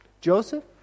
Joseph